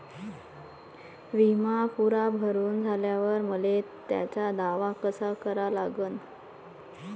बिमा पुरा भरून झाल्यावर मले त्याचा दावा कसा करा लागन?